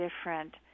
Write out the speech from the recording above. different